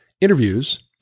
interviews